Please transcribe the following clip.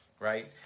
Right